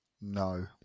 no